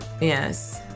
Yes